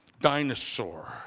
dinosaur